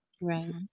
Right